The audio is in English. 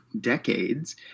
decades